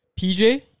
PJ